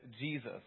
Jesus